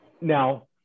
now